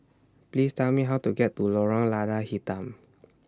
Please Tell Me How to get to Lorong Lada Hitam